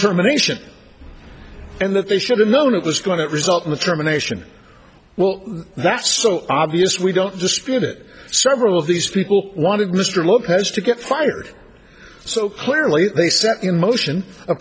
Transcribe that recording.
termination and that they should have known it was going to result in the termination well that's so obvious we don't dispute it several of these people wanted mr lopez to get fired so clearly they set in motion a